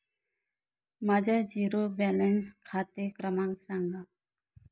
माझा zero balance खाते क्रमांक सांगा